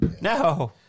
No